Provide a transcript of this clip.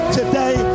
today